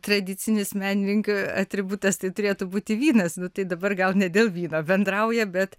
tradicinis menininkių atributas tai turėtų būti vynas nu tai dabar gal ne dėl vyno bendrauja bet